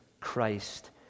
Christ